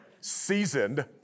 seasoned